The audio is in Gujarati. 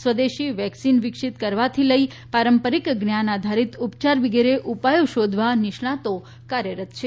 સ્વદેશી વેક્સીન વિકસિત કરવાથી લઇ પારંપરિક જ્ઞાન આધારીત ઉપયાર વિગેરે ઉપાયો શોધવા નિષ્ણાતો કાર્યરત છે